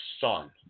son